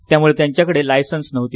त्यामुळे यांच्याकडे लायसन्स नव्हत